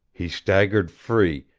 he staggered free,